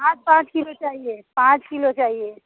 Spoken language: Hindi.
हाँ पाँच की चाहिए पाँच किलो चाहिए